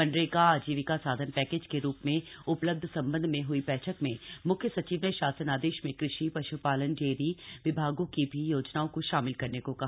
मनरेगा आजीविका साधन पैकेज के रूप में उपलब्ध संबंध में हई बैठक में मुख्य सचिव ने शासनादेश में कृषि पश्पालन डेयरी विभागों की भी योजनाओं को शामिल करने को कहा